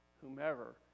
whomever